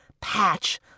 patch